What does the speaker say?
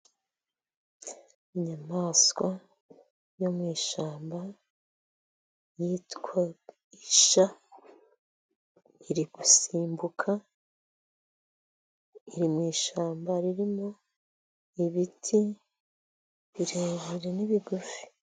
Inyamaswa yo mu ishyamba yitwa isha, irigusimbuka iri mu ishyamba ririmo ibiti birebire n'ibigufi.